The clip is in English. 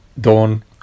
Dawn